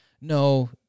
no